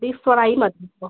beef fry മതി കെട്ടോ